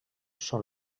són